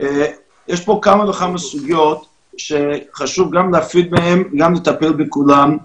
יש כאן כמה וכמה סוגיות שחשוב גם להפריד ביניהן וגם לטפל בכולן,